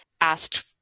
asked